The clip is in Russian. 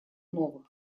преступлений